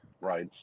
Right